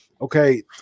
okay